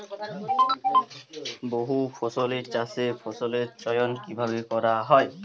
বহুফসলী চাষে ফসলের চয়ন কীভাবে করা হয়?